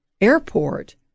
airport